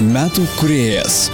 metų kūrėjas